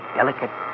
delicate